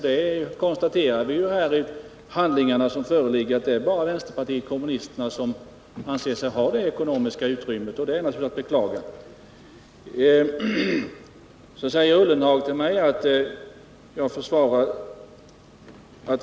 Det konstaterar vi i de handlingar som föreligger, och det är bara vänsterpartiet kommunisterna som anser sig ha det ekonomiska utrymme som behövs.